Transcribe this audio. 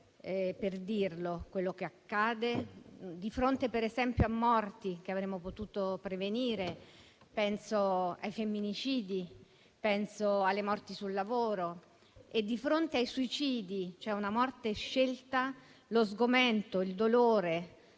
per dire quello che accade, di fronte ad esempio a delle morti che avremmo potuto prevenire: penso ai femminicidi e alle morti sul lavoro. Di fronte ai suicidi, cioè a una morte scelta, lo sgomento e il dolore